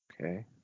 Okay